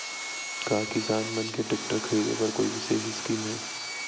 का किसान मन के टेक्टर ख़रीदे बर कोई विशेष स्कीम हे?